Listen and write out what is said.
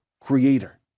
creator